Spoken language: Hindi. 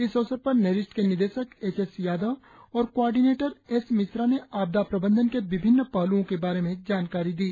इस अवसर पर नेरिस्ट के निदेशक एच एस यादव और कौआर्डिनेटर एस मिश्रा ने आपदा प्रबंधन के विपिन्न पहलूओं के बारे में जानकारी दी